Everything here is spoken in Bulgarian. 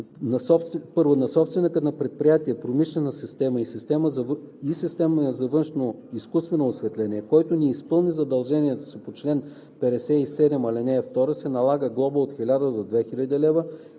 (1) На собственик на предприятие, промишлена система и система за външно изкуствено осветление, който не изпълни задължението си по чл. 57, ал. 2, се налага глоба от 1000 до 2000 лв.